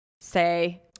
say